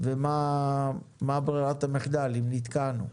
ומה ברירת המחדל אם נתקענו.